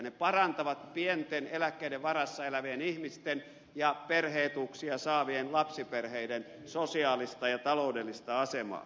ne parantavat pienten eläkkeiden varassa elävien ihmisten ja perhe etuuksia saavien lapsiperheiden sosiaalista ja taloudellista asemaa